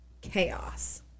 chaos